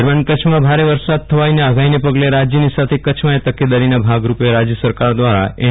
રાજ્યની સાથે કચ્છમાં ભારે વરસાદ થવાની આગાહીના પગલે રાજ્યની સાથે કચ્છમાં પણ તકેદારીના ભાગ રૂપે રાજ્ય સરકાર દ્વારા એન